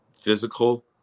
Physical